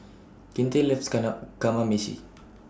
Kinte loves Kamameshi